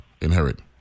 inherit